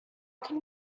can